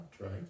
right